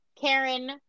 Karen